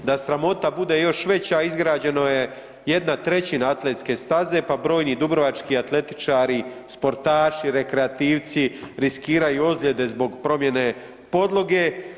Da sramota bude još veća, izgrađeno je 1/3 atletske staze, pa brojni dubrovački atletičari, sportaši, rekreativci, riskiraju ozljede zbog promjerne podloge.